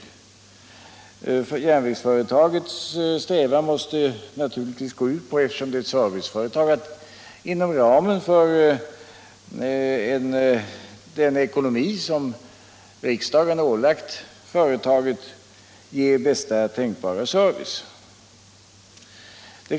Eftersom järnvägsföretaget är ett serviceföretag måste dess strävan naturligtvis gå ut på att inom ramen för den ekonomi som riksdagen ålagt företaget ge bästa tänkbara service.